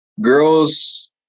girls